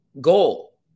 goal